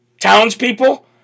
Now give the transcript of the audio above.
townspeople